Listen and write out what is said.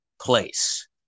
place